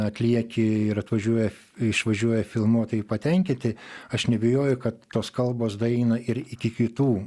atlieki ir atvažiuoja išvažiuoja filmuotojai patenkinti aš neabejoju kad tos kalbos daeina ir iki kitų